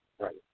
Right